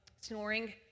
snoring